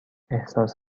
احساس